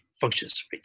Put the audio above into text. functions